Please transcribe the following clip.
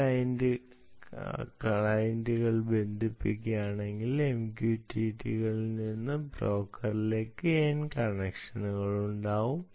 n ക്ലയന്റുകൾ ബന്ധിപ്പിക്കുന്നെങ്കിൽ MQTT കളിൽ നിന്ന് ബ്രോക്കറിലേക്ക് n കണക്ഷനുകൾ ഉണ്ടാകും